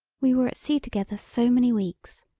we were at sea together so many weeks.